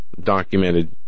documented